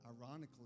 Ironically